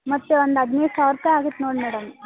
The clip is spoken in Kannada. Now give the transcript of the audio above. ಮತ್ತು ಒಂದು ಹದಿನೈದು ಸಾವಿರ ರುಪಾಯಿ ಆಗುತ್ತೆ ನೋಡಿ ಮೇಡಮ್